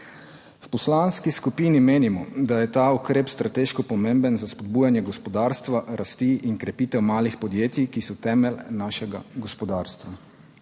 V poslanski skupini menimo, da je ta ukrep strateško pomemben za spodbujanje gospodarstva, rasti in krepitev malih podjetij, ki so temelj našega gospodarstva.